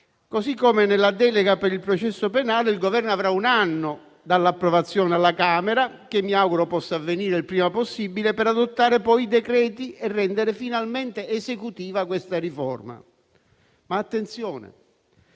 Così come nella delega per il processo penale, il Governo avrà un anno dall'approvazione alla Camera - che mi auguro possa avvenire il prima possibile - per adottare i decreti e rendere finalmente esecutiva questa riforma. Attenzione,